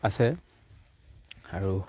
আছে আৰু